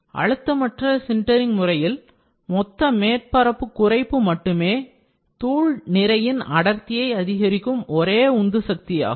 அழுத்தமற்ற sintering முறையில் மொத்த மேற்பரப்பு குறைப்பு மட்டுமே reduction in total surface area தூள் நிறையின் அடர்த்தியை அதிகரிக்கும் ஒரே உந்து சக்தியாகும்